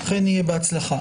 אכן יהיה בהצלחה.